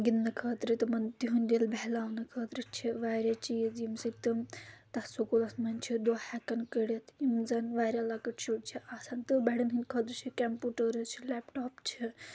گنٛدنہٕ خٲطرٕ تِمَن تِہُنٛد دِل بہلاونہٕ خٲطرٕ چھِ واریاہ چیٖز ییٚمہِ سۭتۍ تِم تَتھ سکوٗلَس منٛز چھِ دۄہ ہیٚکان کٔڑِتھ یِم زَن واریاہ لَکٕٹۍ شُرۍ چھِ آسان تہٕ بَڑؠن ہٕنٛدۍ خٲطرٕ چھِ کیٚمپوٗٹٲرٕس چھِ لَیٚپٹاپ چھِ